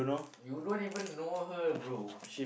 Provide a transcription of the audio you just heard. you don't even know her bro